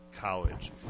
College